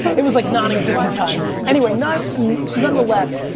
it was like non-existent time anyway. not nonetheless.